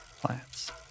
plants